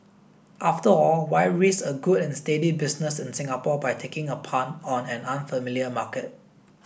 after all why risk a good and steady business in Singapore by taking a punt on an unfamiliar market